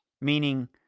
meaning